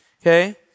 okay